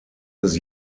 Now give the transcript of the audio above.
des